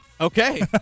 Okay